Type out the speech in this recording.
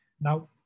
Now